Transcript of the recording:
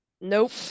Nope